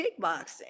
kickboxing